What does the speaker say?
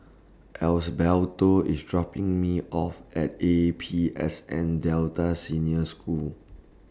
Osbaldo IS dropping Me off At A P S N Delta Senior School